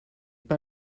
pas